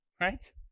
right